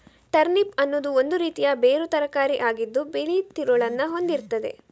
turnip ಅನ್ನುದು ಒಂದು ರೀತಿಯ ಬೇರು ತರಕಾರಿ ಆಗಿದ್ದು ಬಿಳಿ ತಿರುಳನ್ನ ಹೊಂದಿರ್ತದೆ